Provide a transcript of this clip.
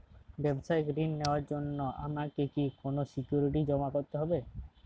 ব্যাবসায়িক ঋণ নেওয়ার জন্য আমাকে কি কোনো সিকিউরিটি জমা করতে হবে?